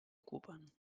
ocupen